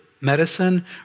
medicine